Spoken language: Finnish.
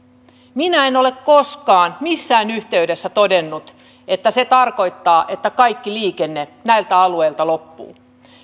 minä en ole koskaan missään yhteydessä todennut että se tarkoittaa että kaikki liikenne näiltä alueilta loppuu